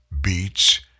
beats